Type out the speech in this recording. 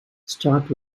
start